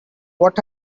what